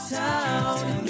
town